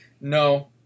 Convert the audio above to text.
No